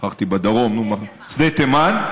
שכחתי, בדרום, שדה תימן.